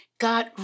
God